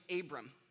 Abram